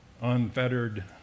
unfettered